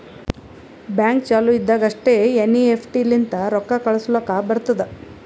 bank ಚಾಲು ಇದ್ದಾಗ್ ಅಷ್ಟೇ ಎನ್.ಈ.ಎಫ್.ಟಿ ಲಿಂತ ರೊಕ್ಕಾ ಕಳುಸ್ಲಾಕ್ ಬರ್ತುದ್